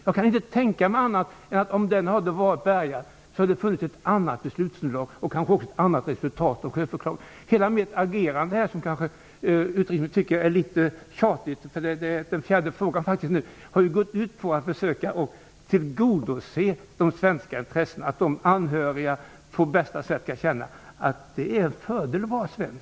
Jag kan inte tänka mig annat än att det funnits ett annat beslutsunderlag om färjan varit bärgad. Det hade kanske också blivit ett annat resultat av sjöförklaringen. Utrikesministern tycker kanske att mitt agerande här är litet tjatigt. Detta är faktiskt den fjärde frågan om detta. Men det har gått ut på att försöka tillgodose de svenska intressena och att de anhöriga skall känna att det är en fördel att vara svensk.